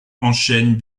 enchaîne